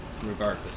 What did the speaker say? Regardless